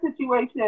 situation